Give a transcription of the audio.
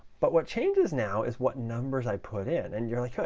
but what changes now is what numbers i put in, and you're like,